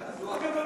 אז זו הכוונה,